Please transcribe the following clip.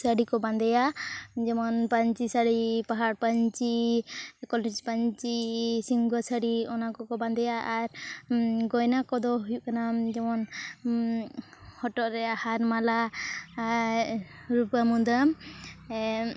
ᱥᱟᱹᱲᱤᱠᱚ ᱵᱟᱸᱫᱮᱭᱟ ᱡᱮᱢᱚᱱ ᱯᱟᱧᱪᱤ ᱥᱟᱹᱲᱤ ᱯᱟᱦᱟᱲ ᱯᱟᱧᱪᱤ ᱠᱚᱞᱮᱡᱽ ᱯᱟᱧᱪᱤ ᱥᱚᱝᱜᱚ ᱥᱟᱹᱲᱤ ᱚᱱᱟᱠᱚ ᱠᱚ ᱵᱟᱸᱫᱮᱭᱟ ᱟᱨ ᱜᱚᱭᱱᱟ ᱠᱚᱫᱚ ᱦᱩᱭᱩᱜ ᱠᱟᱱᱟ ᱡᱮᱢᱚᱱ ᱦᱚᱴᱚᱜ ᱨᱮᱭᱟᱜ ᱦᱟᱨᱼᱢᱟᱞᱟ ᱨᱩᱯᱟᱹ ᱢᱩᱫᱟᱹᱢ